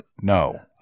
No